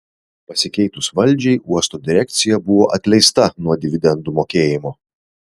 pasikeitus valdžiai uosto direkcija buvo atleista nuo dividendų mokėjimo